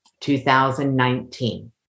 2019